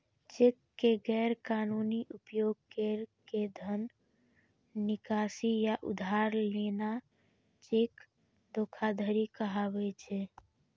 cheque के गैर कानूनी उपयोग कैर के धन निकासी या उधार लेना चेक धोखाधड़ी कहाबै छै